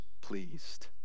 pleased